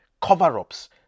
Cover-ups